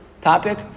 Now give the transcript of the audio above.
topic